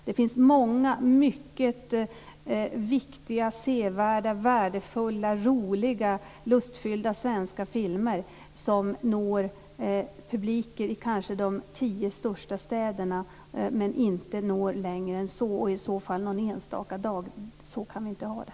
Det finns många värdefulla, sevärda, roliga, lustfyllda svenska filmer som bara når publiken i de tio största städerna. Så kan vi inte ha det.